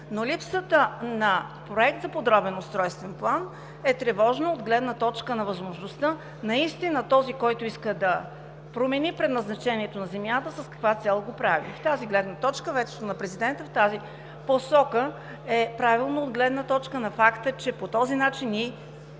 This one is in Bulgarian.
Липсата на проект за подробен устройствен план е тревожна от гледна точка на възможността наистина този, който иска да промени предназначението на земята, с каква цел го прави. От тази гледна точка ветото на президента в тази посока е правилно от гледна точка на факта, че по този начин